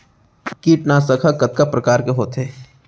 कीटनाशक ह कतका प्रकार के होथे?